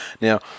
Now